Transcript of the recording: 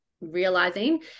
realizing